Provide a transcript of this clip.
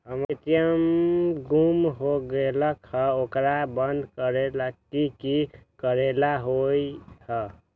हमर ए.टी.एम गुम हो गेलक ह ओकरा बंद करेला कि कि करेला होई है?